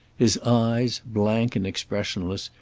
his eyes, blank and expressionless,